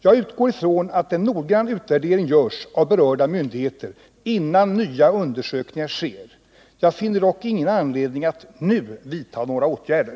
Jag utgår ifrån att en noggrann utvärdering görs av berörda myndigheter, innan nya undersökningar sker. Jag finner dock ingen anledning att nu vidta några åtgärder.